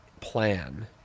plan